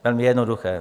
Velmi jednoduché.